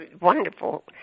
wonderful